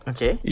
Okay